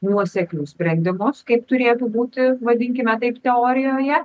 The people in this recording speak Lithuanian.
nuoseklius sprendimus kaip turėtų būti vadinkime taip teorijoje